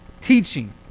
teaching